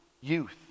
youth